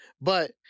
but-